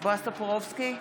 בועז טופורובסקי,